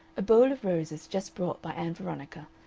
a bowl of roses, just brought by ann veronica,